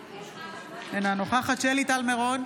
אינה נוכחת שלי טל מירון,